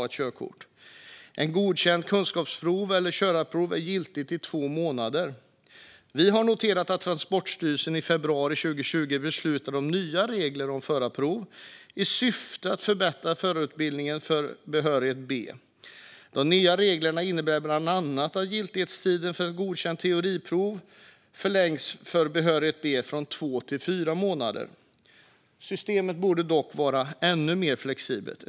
Ett godkänt kunskapsprov eller körprov är giltigt i två månader. Vi har noterat att Transportstyrelsen i februari 2020 beslutade om nya regler om förarprov i syfte att förbättra förarutbildningen för behörighet B. De nya reglerna innebär bland annat att giltighetstiden för ett godkänt teoriprov för behörighet B förlängs från två till fyra månader. Systemet borde dock vara ännu mer flexibelt.